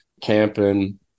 camping